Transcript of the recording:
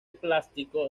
plástico